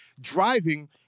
driving